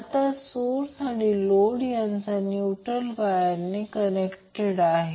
आता सोर्स आणि लोड यांचा न्यूट्रल हा वायरने कनेक्टेड आहे